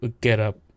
getup